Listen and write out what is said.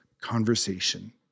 conversation